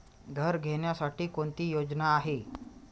घर घेण्यासाठी कोणती योजना आहे?